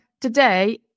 Today